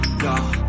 go